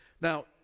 Now